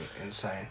insane